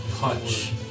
punch